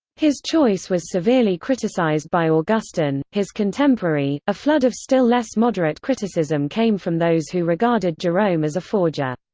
his choice was severely criticized by augustine, his contemporary a flood of still less moderate criticism came from those who regarded jerome as a forger.